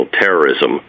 terrorism